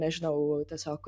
nežinau tiesiog